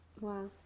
Wow